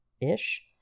Ish